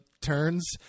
turns